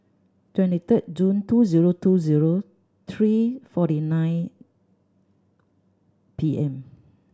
twenty third June two zero two zero three forty nine P M